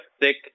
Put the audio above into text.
thick